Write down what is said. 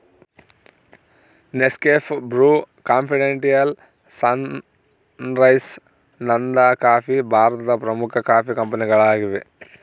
Nescafe, Bru, confidential, sunrise, ನಂದನಕಾಫಿ ಭಾರತದ ಪ್ರಮುಖ ಕಾಫಿ ಕಂಪನಿಗಳಾಗಿವೆ